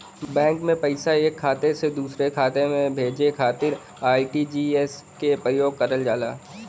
bank में पैसा एक खाता से दूसरे खाता में भेजे खातिर आर.टी.जी.एस क प्रयोग करल जाला